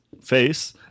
face